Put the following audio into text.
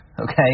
okay